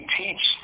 teach